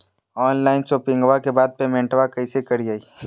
Online शोपिंग्बा के बाद पेमेंटबा कैसे करीय?